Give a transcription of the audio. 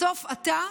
בסוף אתה,